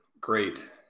great